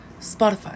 Spotify